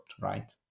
right